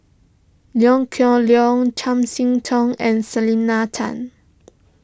Liew Geok Leong Chiam See Tong and Selena Tan